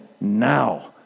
Now